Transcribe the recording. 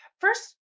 first